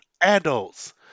adults